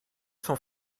sont